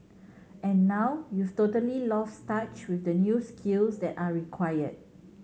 and now you've totally lost touch with the new skills that are required